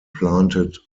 planted